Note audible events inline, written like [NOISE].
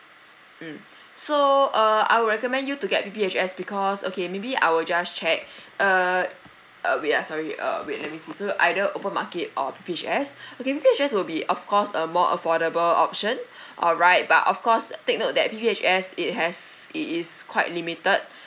mm [BREATH] so uh I will recommend you to get P_P_H_S because okay maybe I will just check [BREATH] err wait ah sorry uh wait let me see so either open market or P_P_H_S [BREATH] okay P_P_H_S will be of course a more affordable option [BREATH] alright but of course take note that P_P_H_S it has it is quite limited [BREATH]